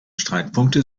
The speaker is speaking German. streitpunkte